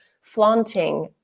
flaunting